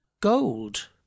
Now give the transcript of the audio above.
gold